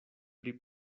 pri